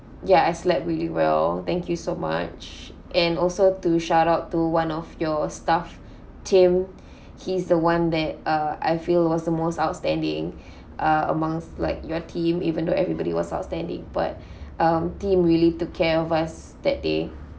ya I slept really well thank you so much and also to shout out to one of your staff tim he's the one that uh I feel was the most outstanding uh amongst like your team even though everybody was outstanding but um tim really took care of us that day